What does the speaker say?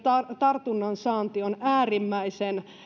tartunnan saanti on äärimmäisen